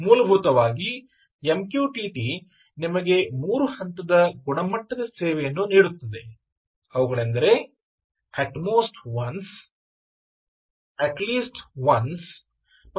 ಮೂಲಭೂತವಾಗಿ MQTT ನಿಮಗೆ ಮೂರು ಹಂತದ ಗುಣಮಟ್ಟದ ಸೇವೆಯನ್ನು ನೀಡುತ್ತದೆ ಅವುಗಳೆಂದರೆ at most once at least once ಮತ್ತು ಎಕ್ಸಾಕ್ಟ್ಲಿ ವನ್ಸ್